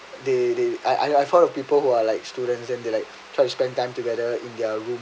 they they I I fought with people who are like students then they like try to spend time together in their room